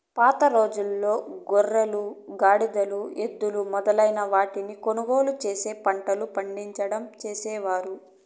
పాతరోజుల్లో గుర్రాలు, గాడిదలు, ఎద్దులు మొదలైన వాటిని కొనుగోలు చేసి పంటలు పండించడం చేసేవారు